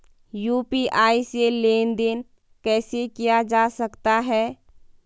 UPI से लेनदेन कैसे किया जा सकता है?